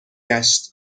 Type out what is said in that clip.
گشت